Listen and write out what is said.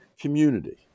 Community